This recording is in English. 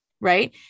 right